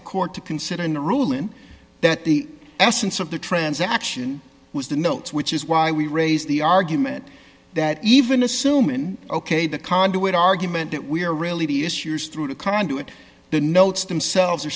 the court to consider in a ruling that the essence of the transaction was the notes which is why we raised the argument that even assuming ok the conduit argument that we are really the issues through the conduit the notes themselves are